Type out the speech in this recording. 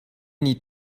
need